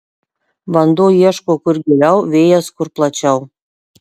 vanduo ieško kur giliau vėjas kur plačiau